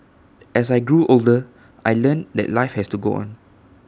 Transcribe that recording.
as I grew older I learnt that life has to go on